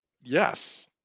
Yes